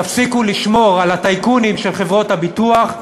תפסיקו לשמור על הטייקונים של חברות הביטוח,